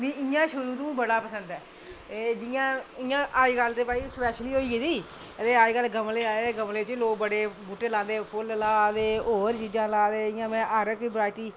मिगी इं'या शुरू तू बड़ा पसंद ऐ ते जि'यां अजकल ते भाई स्पैशली होई गेदी ते अजकल गमले आए दे ते गमले च बी लोक बड़े बूह्टे लांदे फुल्ल लाए दे होर चीज़ां लाए दे जि'यां में हर इक्क वैरायटी